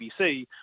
BBC